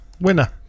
winner